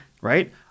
Right